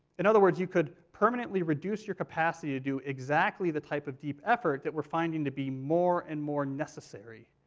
in other words, you could permanently reduce your capacity to do exactly the type of deep effort that we're finding to be more and more necessary